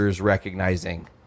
recognizing